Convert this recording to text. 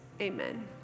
Amen